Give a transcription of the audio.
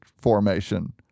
formation